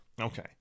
okay